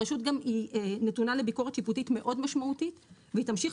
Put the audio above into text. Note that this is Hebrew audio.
הרשות גם נתונה לביקורת שיפוטית מאוד משמעותית והיא תמשיך